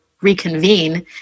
reconvene